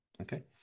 okay